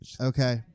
Okay